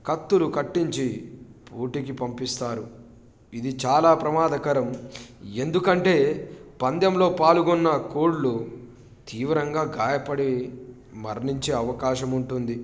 కత్తులు కట్టించి పోటికి పంపిస్తారు ఇది చాలా ప్రమాదకరం ఎందుకంటే పందెంలో పాల్గొన్న కోళ్లు తీవ్రంగా గాయపడి మరణించే అవకాశం ఉంటుంది